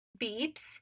beeps